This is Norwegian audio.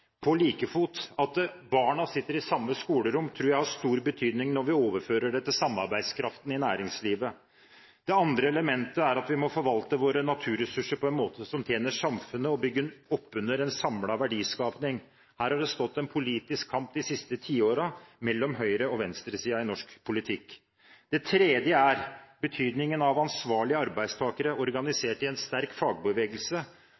på like fot. At barna sitter i samme klasserom, tror jeg har stor betydning når vi overfører det til samarbeidskraften i næringslivet. Det andre elementet er at vi må forvalte våre naturressurser på en måte som tjener samfunnet og bygger opp under en samlet verdiskaping. Her har det stått en politisk kamp de siste tiårene mellom høyresiden og venstresiden i norsk politikk. Det tredje er betydningen av at ansvarlige arbeidstakere